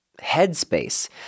headspace